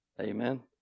Amen